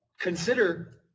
Consider